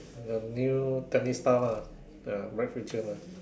the new tennis star lah got bright future lah